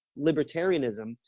libertarianism